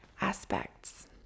aspects